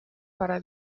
para